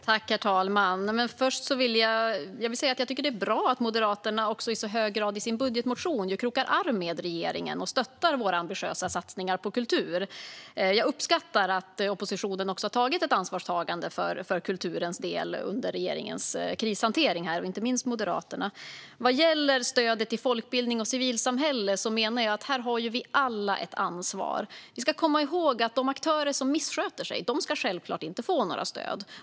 Herr talman! Jag tycker att det är bra att Moderaterna i så hög grad i sin budgetmotion krokar arm med regeringen och stöttar våra ambitiösa satsningar på kultur. Jag uppskattar att oppositionen, inte minst Moderaterna, har tagit ett ansvar för kulturens del under regeringens krishantering. Vad gäller stödet till folkbildning och civilsamhälle menar jag att vi alla har ett ansvar. De aktörer som missköter sig ska självfallet inte få några stöd.